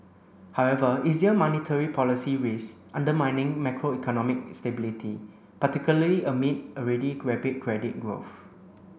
however easier monetary policy risks undermining macroeconomic stability particularly amid already credit credit growth